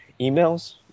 emails